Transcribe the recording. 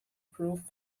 proof